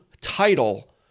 title